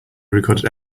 recorded